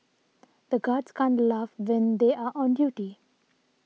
the guards can't laugh when they are on duty